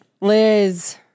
Liz